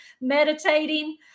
meditating